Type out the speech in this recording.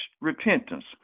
repentance